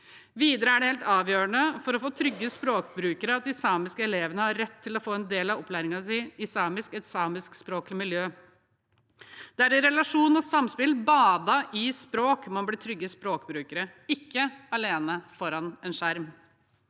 Videre er det helt avgjørende for å få trygge språkbrukere at de samiske elevene har rett til å få en del av opplæringen i samisk i et samiskspråklig miljø. Det er i en relasjon og i et samspill badet i språk man blir en trygg språkbruker, ikke alene foran en skjerm.